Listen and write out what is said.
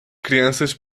crianças